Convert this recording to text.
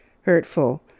hurtful